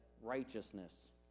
righteousness